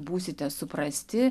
būsite suprasti